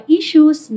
issues